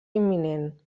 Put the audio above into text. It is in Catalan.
imminent